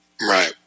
Right